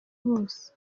bose